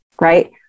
right